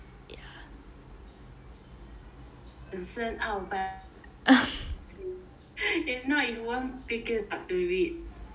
!wow! 很深奥 but I think must be really interesting if not you won't pick it up to read right